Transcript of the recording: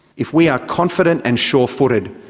if we are confident and sure-footed,